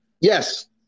Yes